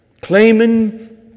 Claiming